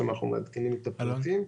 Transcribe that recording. ואנחנו מעדכנים את הפרטים.